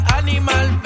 animal